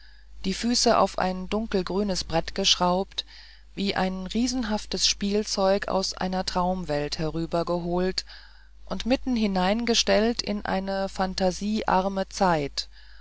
die füße auf ein dunkelgrünes brett geschraubt wie ein riesenhaftes spielzeug aus einer traumwelt herübergeholt und mitten hineingestellt in eine phantasiearme zeit